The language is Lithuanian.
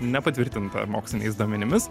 nepatvirtinta moksliniais duomenimis